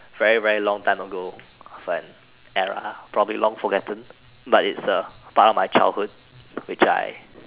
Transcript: very very long time ago of an era probably long forgotten but its a part of my childhood which I